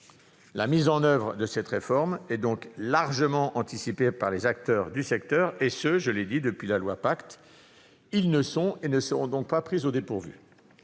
La mise en oeuvre de cette réforme est donc largement anticipée par les acteurs du secteur, et ce depuis la loi Pacte. Ils ne sont et ne seront donc pas pris au dépourvu.